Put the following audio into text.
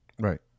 Right